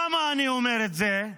למה אני אומר את זה?